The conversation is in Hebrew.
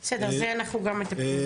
בסדר, זה אנחנו גם מטפלים.